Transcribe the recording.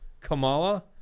Kamala